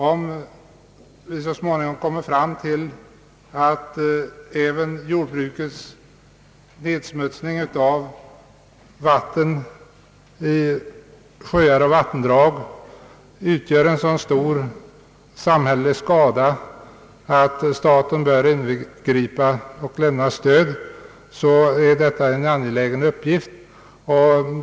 Om så småningom även jordbrukets nedsmutsning av vatten i sjöar och vattendrag förorsakar så stor samhällelig skada att staten bör ingripa och lämna stöd är detta en angelägen uppgift.